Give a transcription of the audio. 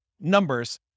numbers